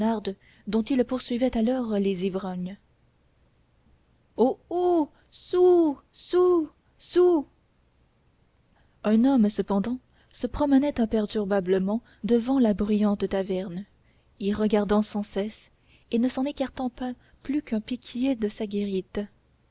dont on poursuivait alors les ivrognes aux houls saouls saouls saouls un homme cependant se promenait imperturbablement devant la bruyante taverne y regardant sans cesse et ne s'en écartant pas plus qu'un piquier de sa guérite